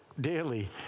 daily